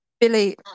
Billy